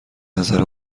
نظر